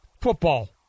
football